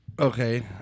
Okay